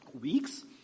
weeks